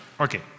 Okay